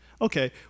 okay